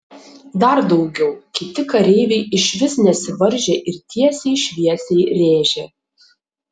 dar daugiau kiti kareiviai išvis nesivaržė ir tiesiai šviesiai rėžė